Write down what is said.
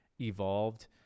evolved